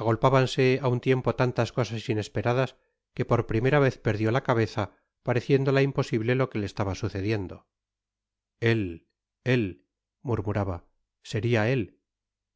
agolpábanse á un tiempo tantas cosas inesperadas que por primera vez perdió la cabeza pareciéndola imposible lo que le estaba sucediendo el él i murmuraba seria él